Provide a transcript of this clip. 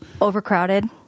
Overcrowded